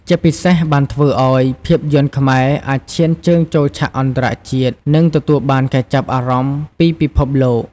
ជាពិសេសបានធ្វើឱ្យភាពយន្តខ្មែរអាចឈានជើងចូលឆាកអន្តរជាតិ និងទទួលបានការចាប់អារម្មណ៍ពីពិភពលោក។